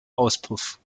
auspuff